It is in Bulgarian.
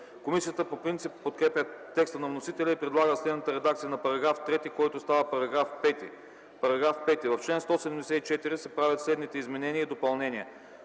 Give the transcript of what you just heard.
Комисията по принцип подкрепя текста на вносителя и предлага следната редакция на § 3, който става § 5: „§ 5. В чл. 174 се правят следните изменения и допълнения: